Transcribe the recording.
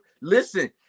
Listen